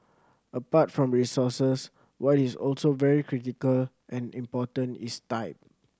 apart from resources what is also very critical and important is time